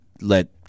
let